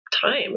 time